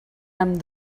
amb